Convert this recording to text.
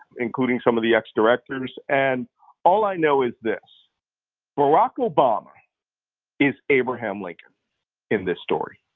including some of the ex-directors, and all i know is this barack obama is abraham lincoln in this story.